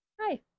hi